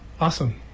Awesome